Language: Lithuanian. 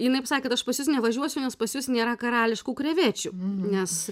jinai pasakė kad aš pas jus nevažiuosiu nes pas jus nėra karališkų krevečių nes